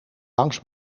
langs